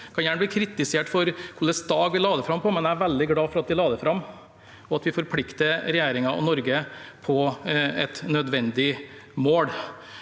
på det. Jeg blir kritisert for hvilken dag vi la det fram på, men jeg er veldig glad for at vi la det fram, og for at vi forplikter regjeringen og Norge på et nødvendig mål.